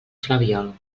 flabiol